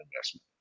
investment